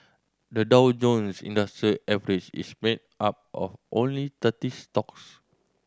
the Dow Jones Industrial Average is made up of only thirty stocks